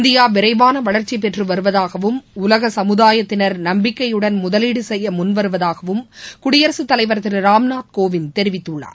இந்தியாவிரைவானவளர்ச்சிபெற்றுவருவதாகவும் உலகசமுதாயத்தினர் நம்பிக்கையுடன் முதலீடுசெய்யமுன்வருவதாகவும் குடியரசுத்தலைவர் திருராம்நாத் கோவிந்த் தெரிவித்துள்ளார்